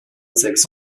sex